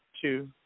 two